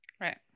right